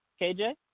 KJ